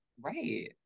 Right